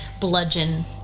bludgeon